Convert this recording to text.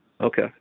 Okay